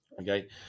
Okay